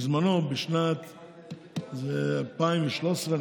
בזמנו, אני חושב שבשנת 2013,